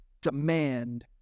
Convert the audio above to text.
demand